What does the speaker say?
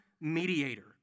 mediator